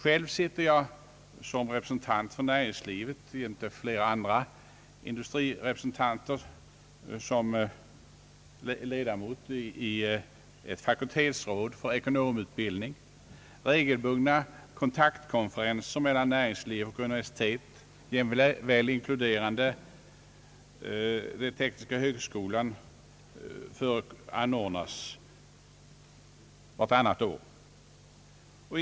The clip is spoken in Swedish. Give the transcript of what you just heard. Själv är jag jämte flera andra industrirepresentanter ledamot i ett fakultetsråd för ekonomutbildning. Regelbundna kontaktkonferenser mellan näringslivet och universitetet — jämväl inkluderande tekniska högskolan — anordnas vartannat år.